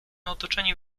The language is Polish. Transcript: otoczeni